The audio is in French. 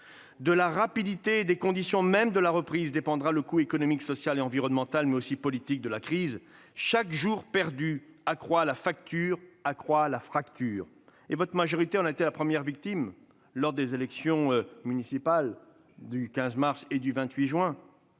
De la rapidité et des conditions mêmes de la reprise dépendront le coût économique, social et environnemental, mais aussi politique de la crise. Chaque jour perdu accroît la facture, accroît la fracture. Votre majorité en a été la première victime lors des élections municipales du 15 mars et du 28 juin